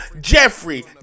Jeffrey